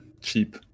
cheap